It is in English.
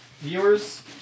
Viewers